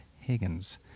higgins